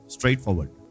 Straightforward